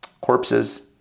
corpses